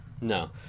No